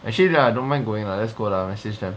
actually I don't mind going lah let's go lah message them